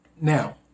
Now